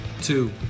two